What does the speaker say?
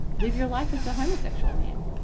live your life as a homosexual man,